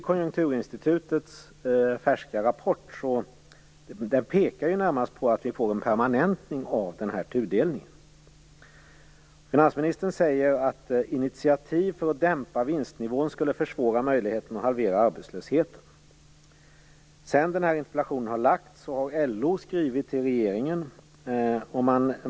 Konjunkturinstitutets färska rapport pekar närmast på att vi får en permanentning av tudelningen. Finansministern säger att initiativ för att dämpa vinstnivån skulle försvåra möjligheterna att halvera arbetslösheten. Sedan interpellationen väckts har LO skrivit till regeringen.